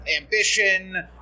ambition